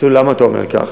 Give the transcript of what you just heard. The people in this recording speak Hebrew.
אמרתי לו: למה אתה אומר כך?